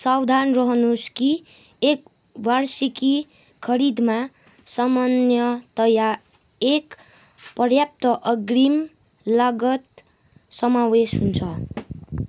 सावधान रहनुहोस् कि एक वार्षिकी खरिदमा सामान्यतया एक पर्याप्त अग्रिम लागत समावेश हुन्छ